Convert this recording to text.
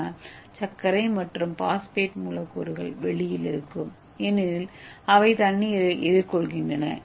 ஆனால் சர்க்கரை மற்றும் பாஸ்பேட் மூலக்கூறுகள் வெளியில் இருக்கும் ஏனெனில் அவை தண்ணீரை எதிர்கொள்கின்றன